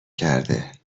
کرده